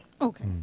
Okay